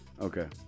Okay